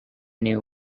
new